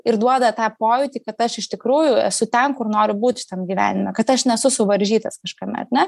ir duoda tą pojūtį kad aš iš tikrųjų esu ten kur noriu būt šitam gyvenime kad aš nesu suvaržytas kažkame ar ne